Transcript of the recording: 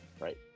right